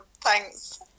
thanks